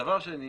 דבר שני,